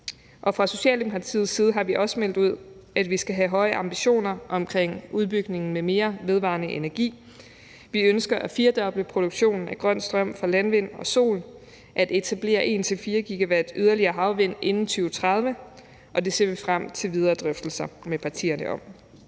Og fra Socialdemokratiets side har vi også meldt ud, at vi skal have høje ambitioner omkring udbygningen med mere vedvarende energi. Vi ønsker at firdoble produktionen af grøn strøm fra landvind og sol, at etablere 1-4 GW yderligere havvind inden 2030, og det ser vi frem til videre drøftelser med partierne om.